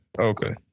Okay